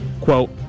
quote